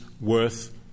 worth